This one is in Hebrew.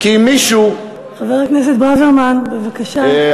חבר הכנסת ברוורמן, בבקשה.